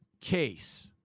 Case